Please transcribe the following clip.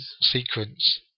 sequence